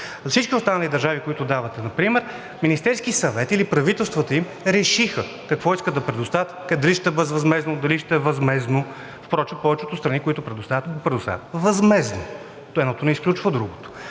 всички останали държави, които давате за пример – Министерският съвет или правителствата им, решиха какво искат да предоставят – дали ще е безвъзмездно, дали ще е възмездно, впрочем повечето страни, които предоставят, предоставят възмездно. Едното не изключва другото.